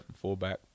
fullback